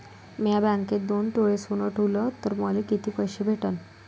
म्या बँकेत दोन तोळे सोनं ठुलं तर मले किती पैसे भेटन